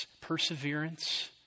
perseverance